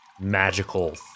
magical